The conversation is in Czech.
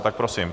Tak prosím.